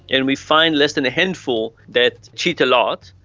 and we find less than a handful that cheat a lot,